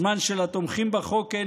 בזמן שלתומכים בחוק אין